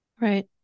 Right